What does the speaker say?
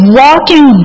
walking